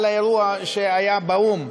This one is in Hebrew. על האירוע שהיה באו"ם.